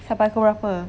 sampai pukul berapa